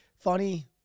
funny